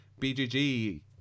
BGG